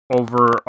over